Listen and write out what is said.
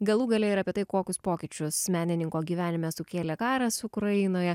galų gale ir apie tai kokius pokyčius menininko gyvenime sukėlė karas ukrainoje